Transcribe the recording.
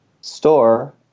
store